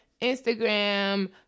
Instagram